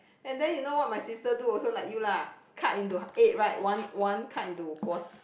and then you know what my sister do also like you lah cut into eight right one one cut into quart~